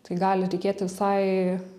tai gali reikėti visai